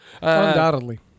Undoubtedly